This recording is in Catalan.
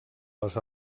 les